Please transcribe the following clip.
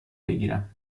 بگیرم